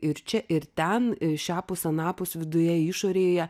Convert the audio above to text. ir čia ir ten šiapus anapus viduje išorėje